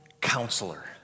Counselor